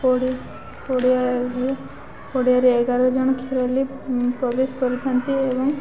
ପଡ଼ି ପଡ଼ିଆରେ ଏଗାର ଜଣ ଖେଳାଳୀ ପ୍ରବେଶ କରିଥାନ୍ତି ଏବଂ